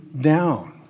down